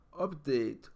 Update